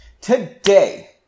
today